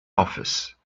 office